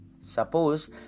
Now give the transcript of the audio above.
Suppose